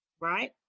right